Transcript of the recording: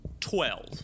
Twelve